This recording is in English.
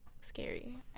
scary